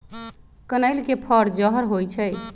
कनइल के फर जहर होइ छइ